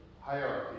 hierarchy